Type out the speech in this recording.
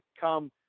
come